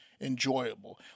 enjoyable